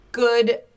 Good